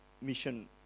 Mission